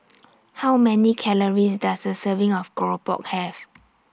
How Many Calories Does A Serving of Keropok Have